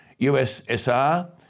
USSR